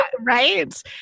right